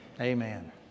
Amen